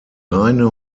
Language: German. reine